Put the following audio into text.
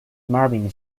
marvin